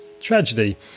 tragedy